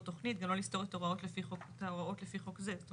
תוכנית ולא לסתור את ההוראות לפי חוק זה.